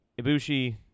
Ibushi